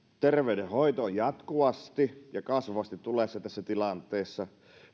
terveydenhoito on jatkuvasti ja kasvavasti tulessa tässä tilanteessa